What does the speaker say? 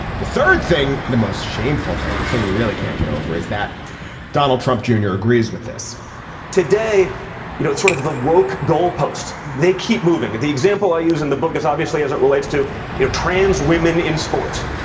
the third thing the most shameful thing thing you really can't get over is that donald trump jr. agrees with this today you know it's sort of the woke goalposts. they keep moving the example i use in the book is obviously as it relates to you know trans women in sport.